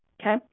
Okay